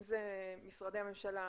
אם אלה משרדי הממשלה,